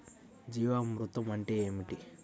జీవామృతం అంటే ఏమిటి?